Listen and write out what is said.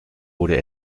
wurde